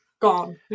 gone